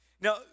Now